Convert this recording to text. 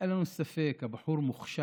שאין לנו ספק, הבחור מוכשר,